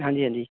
ਹਾਂਜੀ ਹਾਂਜੀ